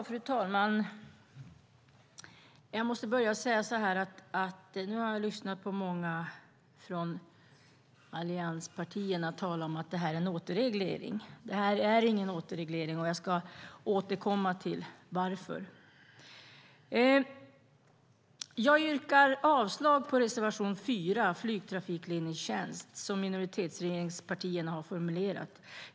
Fru talman! Jag måste börja med att säga att jag nu har lyssnat på många från allianspartierna som talar om att det här är en återreglering. Det här är ingen återreglering. Jag ska återkomma till varför. Jag yrkar avslag på reservation 4 om flygtrafikledningstjänst, som minoritetsregeringspartierna har formulerat.